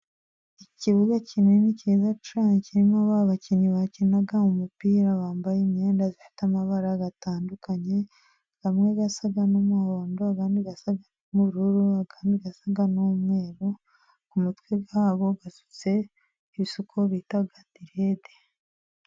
Ikibuga kinini cyiza cyne, kirimo abakinnyi bakina umupira, bambaye imyenda ifite amabara gatandukanye, amwe asa n'umuhondo andi asa n'ubururu andi asa n'umweru, ku mutwe wabo basutse, ibisuko bita direde.